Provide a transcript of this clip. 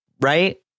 right